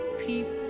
people